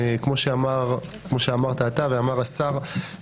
כמו שאמרת אתה ואמר השר,